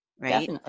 Right